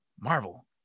Marvel